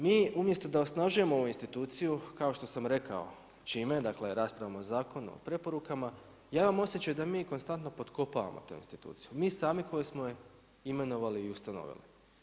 Mi umjesto da osnažujemo ovu instituciju, kao što sam rekao čime, dakle raspravom o zakonu, o preporukama, ja imam osjećaj da mi konstantno potkopavamo tu instituciju, mi sami koji smo je imenovali i ustanovili.